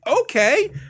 okay